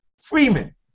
Freeman